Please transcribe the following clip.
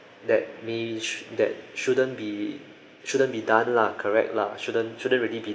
that may~ that shouldn't be shouldn't be done lah correct lah shouldn't shouldn't really be